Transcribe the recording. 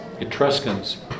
Etruscans